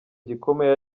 gikomeye